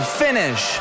finish